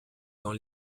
dans